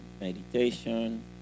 meditation